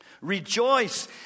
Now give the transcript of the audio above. Rejoice